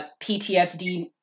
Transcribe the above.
PTSD